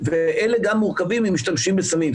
ואלה גם מורכבים ממשתמשים בסמים.